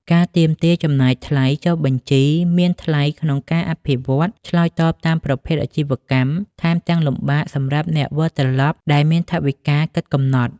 ការទាមទារចំណាយថ្លៃចុះបញ្ជីមានថ្លៃក្នុងការអភិវឌ្ឍន៍ឆ្លើយតបតាមប្រភេទអាជីវកម្ម ថែមទាំងលំបាកសម្រាប់អ្នកវិលត្រឡប់ដែលមានថវិកាគិតកំណត់។